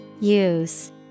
Use